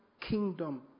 kingdom